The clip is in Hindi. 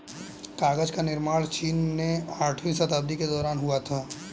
कागज का निर्माण चीन में आठवीं शताब्दी के दौरान हुआ था